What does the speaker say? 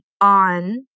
on